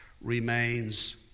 remains